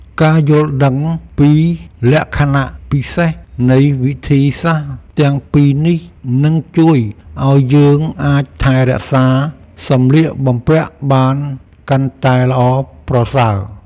ការយល់ដឹងពីលក្ខណៈពិសេសនៃវិធីសាស្ត្រទាំងពីរនេះនឹងជួយឱ្យយើងអាចថែរក្សាសម្លៀកបំពាក់បានកាន់តែល្អប្រសើរ។